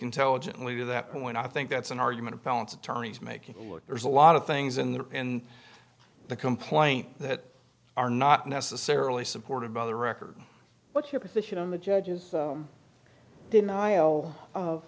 intelligently to that point i think that's an argument balance attorneys make it look there's a lot of things in there and the complaint that are not necessarily supported by the record what's your position on the judge's denial